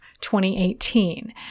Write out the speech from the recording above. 2018